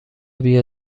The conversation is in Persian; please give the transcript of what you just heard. بیا